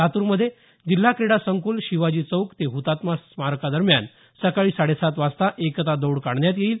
लातूरमध्ये जिल्हा क्रीडा संकुल शिवाजी चौक ते हुतात्मा स्मारका दरम्यान सकाळी साडेसात वाजता एकता दौड काढण्यात येणार आहे